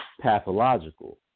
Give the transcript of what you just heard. pathological